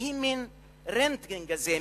היא מין רנטגן כזה,